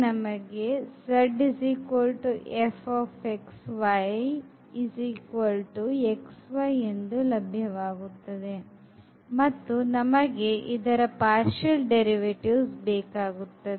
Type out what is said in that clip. ನಮಗೆ ಎಂದು ಲಭ್ಯವಾಗುತ್ತದೆ ಮತ್ತು ನಮಗೆ ಇದರ partial devivatives ಬೇಕಾಗುತ್ತದೆ